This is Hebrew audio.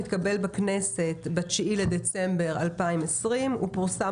התקבל בכנסת ב-9 בדצמבר 2020. הוא פורסם